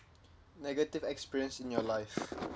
negative experience in your life